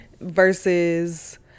versus